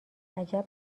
عجب